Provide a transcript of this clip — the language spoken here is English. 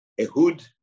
Ehud